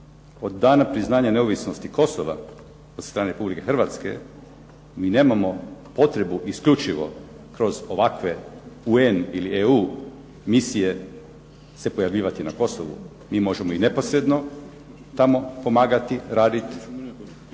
Od dana priznanja neovisnosti Kosova od strane Republike Hrvatske, mi nemamo potrebu isključivo kroz ovakve UN ili EU misije se pojavljivati na Kosovu. Mi možemo i neposredno tamo pomagati, raditi,